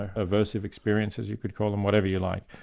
ah aversive experiences you could call them, whatever you like,